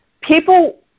people